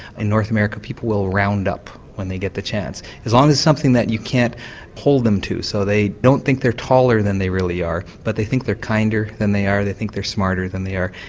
in north america people will round up when they get the chance. as long as it's something that you can't hold them to, so they don't think they're taller than they really are, but they think they're kinder than they are, they think they're smarter than they are.